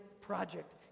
project